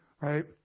Right